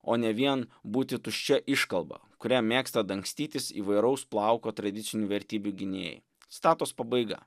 o ne vien būti tuščia iškalba kuria mėgsta dangstytis įvairaus plauko tradicinių vertybių gynėjai citatos pabaiga